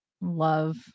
love